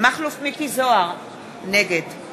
מכלוף מיקי זוהר, נגד